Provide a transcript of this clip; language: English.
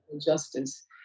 justice